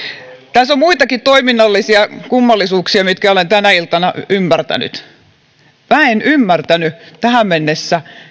tässä on muitakin toiminnallisia kummallisuuksia mitkä olen tänä iltana ymmärtänyt minä en ymmärtänyt tähän mennessä